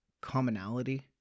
commonality